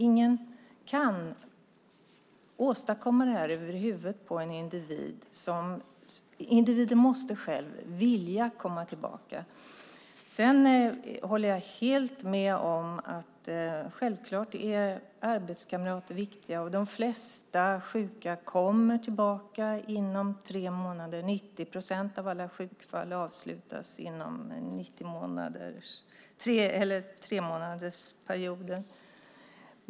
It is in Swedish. Ingen kan åstadkomma detta över huvudet på en individ. Individen måste själv vilja komma tillbaka. Sedan håller jag helt med om att arbetskamrater självklart är viktiga, och de flesta sjuka kommer tillbaka inom tre månader. 90 procent av alla sjukfall avslutas inom en tremånadersperiod.